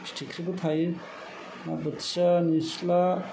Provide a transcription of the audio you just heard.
फिथिख्रिबो थायो ना बोथिया निस्ला